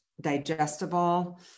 digestible